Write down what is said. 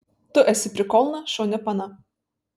tu esi prikolna šauni pana